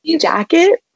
jacket